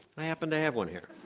i happen to have one here.